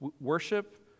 Worship